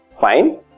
Fine